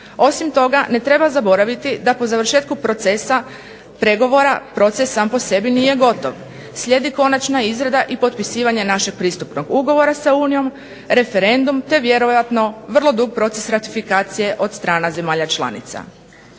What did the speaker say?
Osim toga, ne treba zaboraviti da po završetku procesa pregovora proces sam po sebi nije gotov. Slijedi konačna izrada i potpisivanje našeg pristupnog ugovora sa Unijom, referendum, te vjerojatno vrlo dug proces ratifikacije od strana zemalja članica.